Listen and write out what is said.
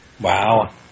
Wow